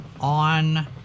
on